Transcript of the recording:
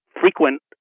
frequent